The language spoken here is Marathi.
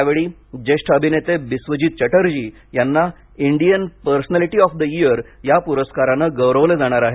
यावेळी ज्येष्ठ अभिनेते बिस्वजीत चटर्जी यांना Indian personality of the year या पुरस्कराने गौरवलं जाणार आहे